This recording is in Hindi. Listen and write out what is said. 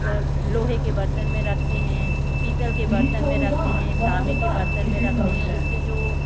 मतलब लोहे के बर्तन में रखते हैं पीतल के बर्तन में रखते हैं ताम्बे के बर्तन में रखते हैं उससे जो